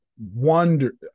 Wonder